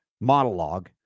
monologue